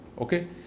okay